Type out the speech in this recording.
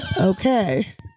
Okay